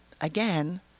again